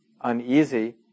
uneasy